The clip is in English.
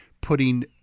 putting